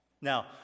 Now